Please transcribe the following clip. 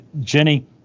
Jenny